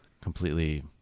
completely